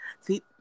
See